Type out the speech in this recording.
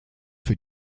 für